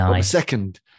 second